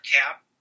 cap